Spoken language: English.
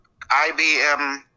IBM